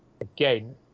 again